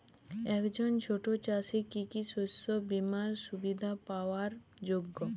একজন ছোট চাষি কি কি শস্য বিমার সুবিধা পাওয়ার যোগ্য?